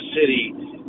City –